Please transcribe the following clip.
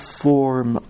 form